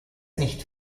nicht